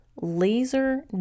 laser